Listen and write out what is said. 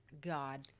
God